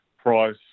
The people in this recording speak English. Price